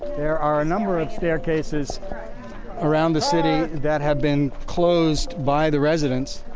there are a number of staircases around the city that had been closed by the residents,